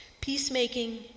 Peacemaking